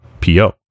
PO